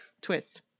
Twist